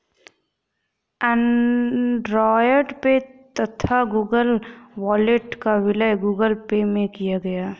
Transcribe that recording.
Android Pay तथा Google Wallet का विलय गूगल पे में किया गया